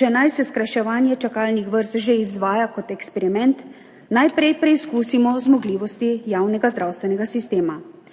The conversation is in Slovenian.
če naj se skrajševanje čakalnih vrst že izvaja kot eksperiment, najprej preizkusimo zmogljivosti javnega zdravstvenega sistema.